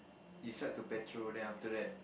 you start to patrol then after that